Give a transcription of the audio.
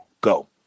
Go